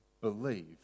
believe